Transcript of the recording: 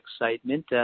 excitement